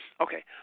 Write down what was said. okay